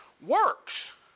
works